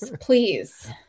please